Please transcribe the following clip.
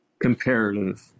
Comparative